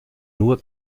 nur